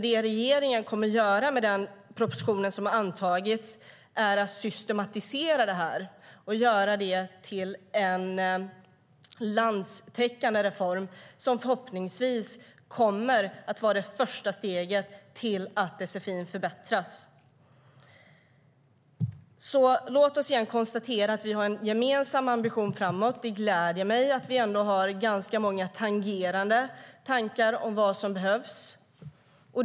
Det regeringen kommer att göra med den proposition som har antagits är att systematisera det hela och göra det till en landstäckande reform som förhoppningsvis kommer att vara det första steget mot att sfi-undervisningen förbättras. Låt oss igen konstatera att vi har en gemensam ambition. Det gläder mig att vi har ganska många tangerande tankar om vad som behövs.